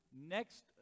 next